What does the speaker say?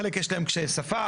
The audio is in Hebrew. לחלק יש קשיי שפה,